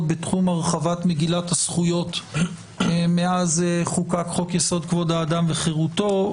בתחום הרחבת מגילת הזכויות מאז חוקק חוק-יסוד: כבוד האדם וחירותו.